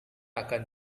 akan